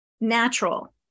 natural